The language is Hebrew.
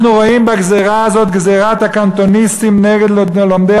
אנחנו רואים בגזירה הזאת "גזירת הקנטוניסטים" נגד לומדי